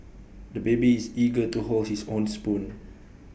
the baby is eager to hold his own spoon